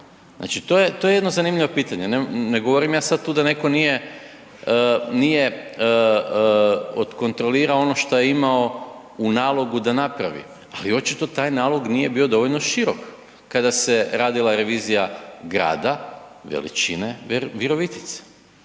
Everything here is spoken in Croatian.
to je, to je jedno zanimljivo pitanje. Ne govorim ja sad tu da netko nije, nije odkontrolirao ono što je imao u nalogu da napravi, ali očito taj nalog nije bio dovoljno širok kada se radila revizija grada veličine Virovitice.